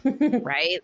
Right